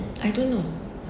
I don't know